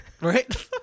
Right